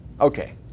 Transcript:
Okay